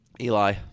Eli